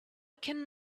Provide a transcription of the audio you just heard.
can